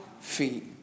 feet